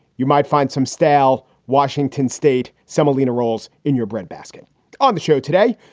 you might find some stale washington state semolina rolls in your bread basket on the show today.